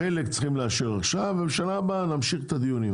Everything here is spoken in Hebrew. חלק צריך לאשר עכשיו, ובשנה הבאה נמשיך בדיונים.